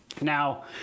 Now